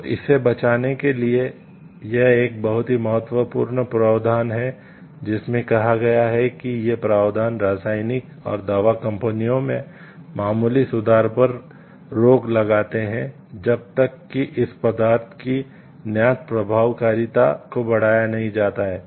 तो इसे बचाने के लिए यह एक बहुत ही महत्वपूर्ण प्रावधान है जिसमें कहा गया है कि ये प्रावधान रासायनिक और दवा कंपनियों में मामूली सुधार पर रोक लगाते हैं जब तक कि इस पदार्थ की ज्ञात प्रभावकारिता को बढ़ाया नहीं जाता है